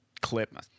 clip